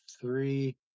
three